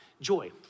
joy